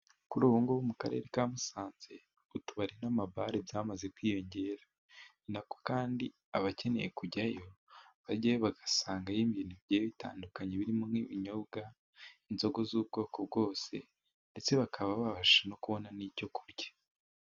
Kuri ubu ngubu mu Karere ka Musanze utubari n'ama bare byamaze kwiyongera, ni nako kandi abakeneye kujyayo bajya bagasangayo ibintu bigiye bitandukanye birimo nk'ibinyobwa inzoga z'ubwoko bwose, ndetse bakaba babasha no kubona n'icyo kurya.